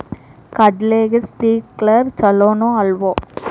ಕಡ್ಲಿಗೆ ಸ್ಪ್ರಿಂಕ್ಲರ್ ಛಲೋನೋ ಅಲ್ವೋ?